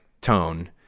tone